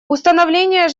установление